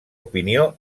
opinió